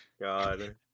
god